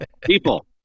People